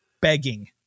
begging